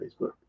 Facebook